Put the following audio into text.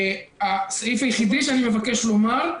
הסעיף היחידי שאני מבקש לומר,